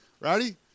Ready